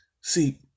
See